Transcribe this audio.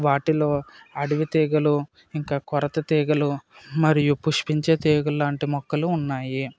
వాటిలో అడవి తీగలు ఇంకా కొరత తీగలు మరియు పుష్పించే తీగల్లాంటి మొక్కలు ఉన్నాయి